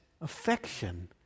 affection